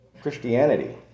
Christianity